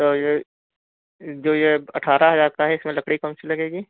तो ये जो ये अठारह हजार का है इसमे लकड़ी कौन सी लगेगी